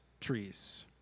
trees